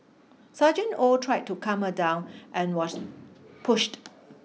Sergeant Oh tried to calm her down and was pushed